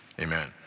amen